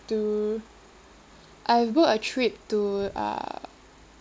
to I booked a trip to uh